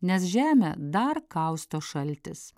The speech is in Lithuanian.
nes žemę dar kausto šaltis